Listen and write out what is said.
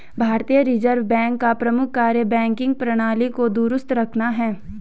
भारतीय reserve bank का प्रमुख कार्य बैंकिंग प्रणाली को दुरुस्त रखना है